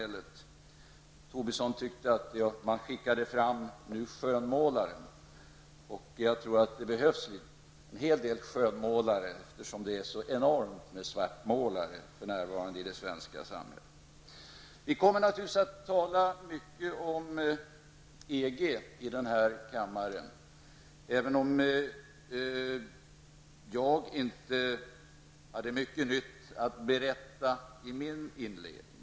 Lars Tobisson sade att skönmålaren hade skickats fram, och jag tror att det behövs en hel del skönmålare, eftersom det finns så många svartmålare för närvarande i det svenska samhället. Vi kommer naturligtvis att tala mycket om EG här i kammaren, även om jag inte hade så mycket nytt att berätta i min inledning.